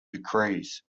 decrees